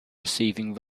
receiving